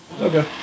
Okay